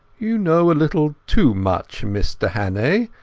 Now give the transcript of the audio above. you know a little too much, mr hannay.